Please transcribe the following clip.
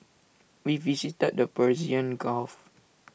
we visited the Persian gulf